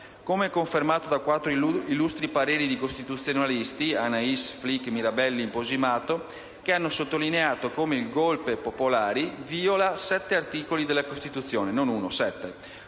come confermato da quattro illustri pareri di costituzionalisti (Ainis, Flick, Mirabelli e Imposimato), che hanno sottolineato come il *golpe* sulle banche popolari violi sette articoli della Costituzione - non uno, ma sette